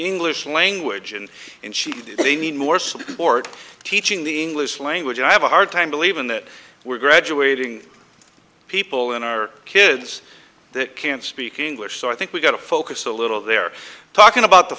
english language and and she may need more support teaching the english language i have a hard time believing that we're graduating people in our kids that can't speak english so i think we've got to focus a little they're talking about the